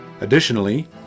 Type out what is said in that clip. Additionally